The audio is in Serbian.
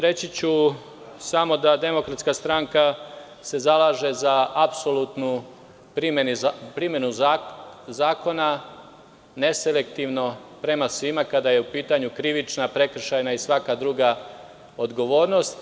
Reći ću samo da se Demokratska stranka zalaže za apsolutnu primenu zakona, neselektivno prema svima kada je u pitanju krivična, prekršajna i svaka druga odgovornost.